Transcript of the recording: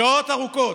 שעות ארוכות,